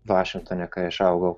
vašingtone kai aš augau